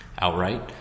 outright